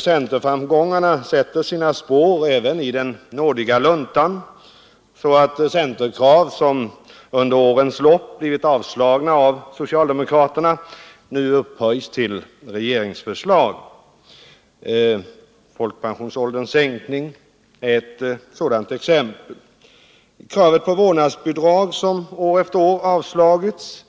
Centerframgångarna sätter sina spår även i den nådiga luntan, i det att centerkrav som under årens lopp blivit avslagna av socialdemokraterna nu upphöjs till regeringsförslag. Pensionsålderns sänkning är ett exempel på det. Kravet på vårdnadsbidrag, som år efter år avslagits,